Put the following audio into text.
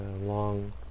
long